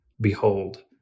behold